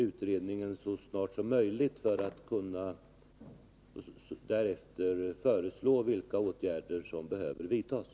Utredningen har en mycket hög arbetsintensitet i sitt utredande just nu, och jag hoppas att det skall vara möjligt att få en delrapport snart för att därefter kunna föreslå behövliga åtgärder.